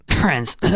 Friends